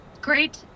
Great